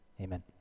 Amen